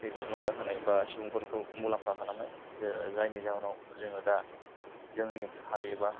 थुलुंगा होनायबा सुबुंफोरखौ मुलाम्फा खालामनाय जो जायनि जाहोनाव जोङो दा जोंनि हारि एबा